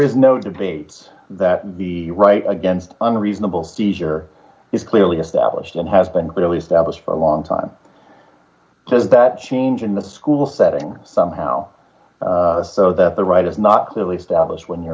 is no debate that the right against unreasonable seizure is clearly established and has been clearly established for a long time does that change in the school settings somehow so that the right is not clearly established when you're